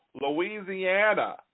Louisiana